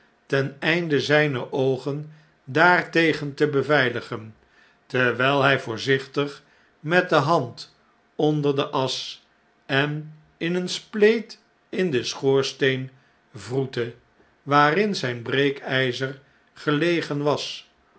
ten einde zjjne oogen daartegen te beveiligen terwjjl hi voorzichtig met de hand onder de asch en in een spleet in den schoorsteen wroette waarin zn'n breekijzer gegleden was